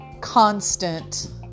constant